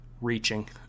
reaching